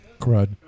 Crud